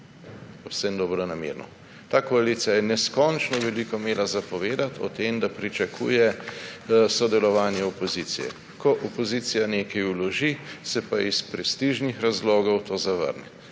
povsem dobronamerno. Ta koalicija je neskončno veliko imela povedati o tem, da pričakuje sodelovanje opozicije, ko opozicija nekaj vloži, se pa iz prestižnih razlogov to zavrne.